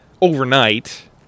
overnight